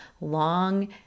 long